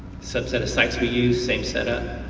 sub set of sites we use, same setup,